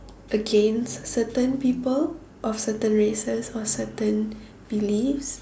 against certain people of certain races or certain beliefs